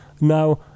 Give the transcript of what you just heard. Now